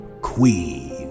Queen